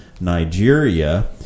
Nigeria